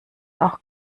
auch